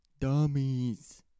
Dummies